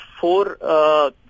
four